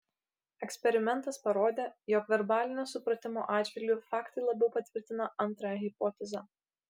eksperimentas parodė jog verbalinio supratimo atžvilgiu faktai labiau patvirtina antrąją hipotezę